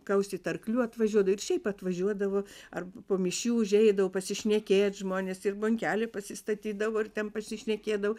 kaustyt arklių atvažiuodavo ir šiaip atvažiuodavo ar po mišių užeidavo pasišnekėt žmonės ir bonkelę pasistatydavo ir ten pasišnekėdavo